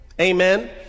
Amen